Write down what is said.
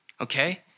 Okay